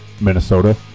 Minnesota